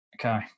Okay